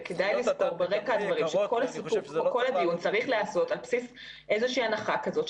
וכדאי לזכור שכל הדיון צריך להיעשות על בסיס איזושהי הנחה כזאת,